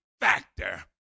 factor